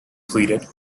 pleaded